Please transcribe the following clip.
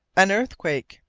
an earthquake!